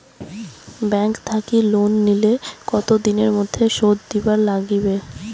Bank থাকি loan নিলে কতো দিনের মধ্যে শোধ দিবার নাগিবে?